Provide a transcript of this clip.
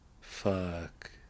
Fuck